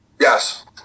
Yes